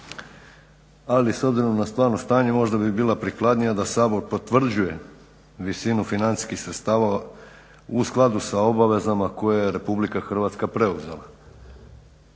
ali s obzirom na stvarno stanje možda bi bila prikladnija da Sabor potvrđuje visinu financijskih sredstva u skladu sa obavezama koje RH preuzela.